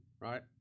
right